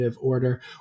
order